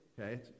Okay